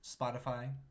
Spotify